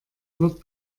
wird